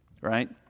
right